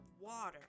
water